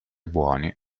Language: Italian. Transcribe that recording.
buoni